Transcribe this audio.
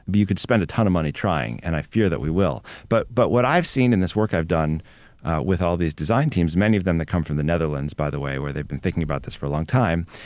but you could spend a ton of money trying and i fear that we will. but but what i've seen in this work i've done with all these design teams, many of them that come from the netherlands, by the way, where they've been thinking about this for a long time,